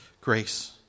grace